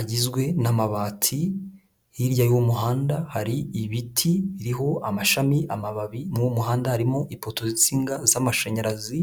agizwe n'amabati, hirya y'uwo muhanda hari ibiti biriho amashami, amababi muri muhanda harimo ipoto z'insinga z'amashanyarazi...